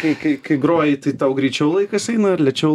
kai kai kai groji tai tau greičiau laikas eina ar lėčiau